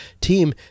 team